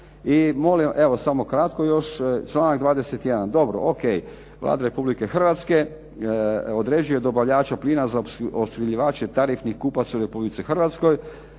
I molim, evo samo kratko još. Članak 21., dobro, ok. Vlada Republike Hrvatske određuje dobavljača plina za opskrbljivače tarifnih kupaca u Republici Hrvatskoj.